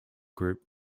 group